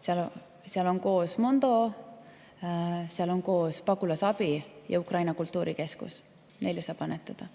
Seal on koos Mondo, Pagulasabi ja Ukraina Kultuurikeskus. Neile saab annetada.